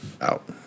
Out